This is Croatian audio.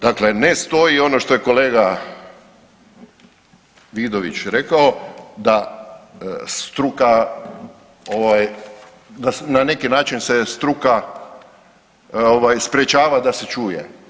Dakle, ne stoji ono što je kolega Vidović rekao da struka ovaj da na neki način se struka ovaj sprječava da se čuje.